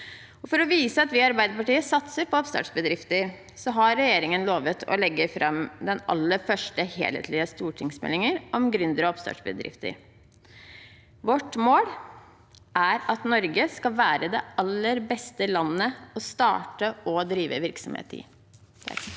For å vise at vi i Arbeiderpartiet satser på oppstartsbedrifter, har regjeringen lovet å legge fram den aller første helhetlige stortingsmeldingen om gründere og oppstartsbedrifter. Vårt mål er at Norge skal være det aller beste landet å starte og drive virksomhet i.